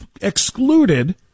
excluded